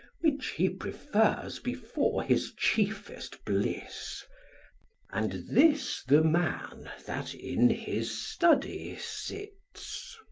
which he prefers before his chiefest bliss and this the man that in his study sits.